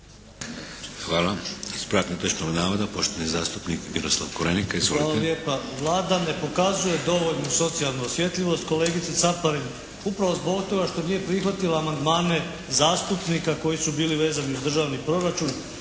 Hvala. Ispravak netočnog navoda, poštovani zastupnik Miroslav Korenika. Izvolite. **Korenika, Miroslav (SDP)** Hvala lijepa. Vlada ne pokazuje dovoljnu socijalnu osjetljivost kolegice Caparin upravo zbog toga što nije prihvatila amandmane zastupnika koji su bili vezani uz državni proračun